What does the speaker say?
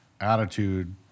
attitude